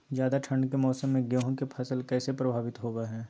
ज्यादा ठंड के मौसम में गेहूं के फसल कैसे प्रभावित होबो हय?